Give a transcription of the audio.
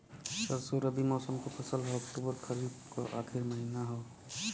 सरसो रबी मौसम क फसल हव अक्टूबर खरीफ क आखिर महीना हव